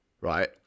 right